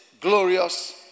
glorious